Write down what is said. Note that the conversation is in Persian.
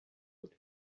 بود